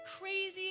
crazy